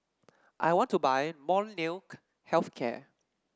I want to buy Molnylcke Health Care